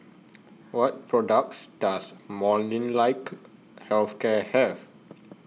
What products Does Molnylcke Health Care Have